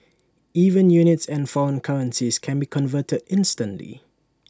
even units and foreign currencies can be converted instantly